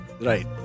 Right